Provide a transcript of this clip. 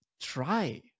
try